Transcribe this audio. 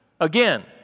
Again